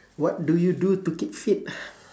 what do you do to keep fit